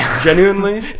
Genuinely